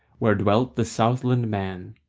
where dwelt the southland man.